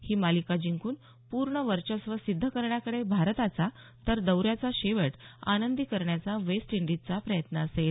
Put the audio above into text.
ही मालिका जिंकून पूर्ण वर्चस्व सिध्द करण्याकडे भारताचा तर दौऱ्याचा शेवट आनंदी करण्याचा वेस्ट इंडिजचा प्रयत्न असेल